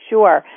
Sure